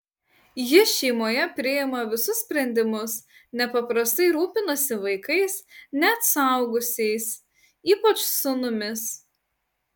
ji šeimoje priima visus sprendimus nepaprastai rūpinasi vaikais net suaugusiais ypač sūnumis